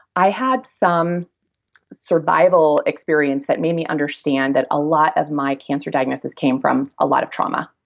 i had some survival experience that made me understand that a lot of my cancer diagnosis came from a lot of trauma.